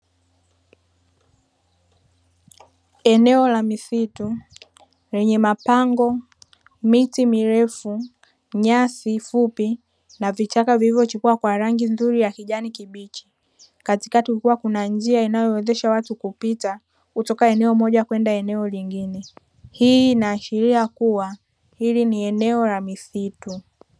Eneo la misitu lenye mapango, miti mirefu, nyasi fupi na vichaka vilivyochipua kwa rangi nzuri ya kijani kibichi. Katikati kukiwa kuna njia inayowawezesha watu kupita kutoka eneo moja kwenda eneo lingine. Hii inaashiria kuwa hili ni eneo la misitu.